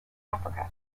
africa